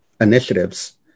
initiatives